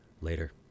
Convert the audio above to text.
Later